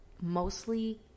mostly